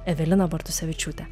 evelina bartusevičiūte